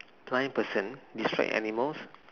blind person describe animals